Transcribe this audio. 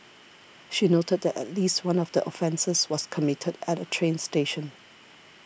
she noted that at least one of the offences was committed at a train station